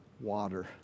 water